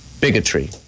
bigotry